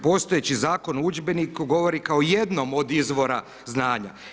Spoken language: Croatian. Postojeći zakon o udžbeniku govori kao jednom od izvora znanja.